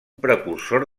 precursor